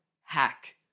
hack